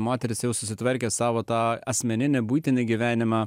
moterys jau susitvarkė savo tą asmeninį buitinį gyvenimą